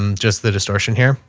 um just the distortion here.